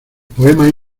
poemas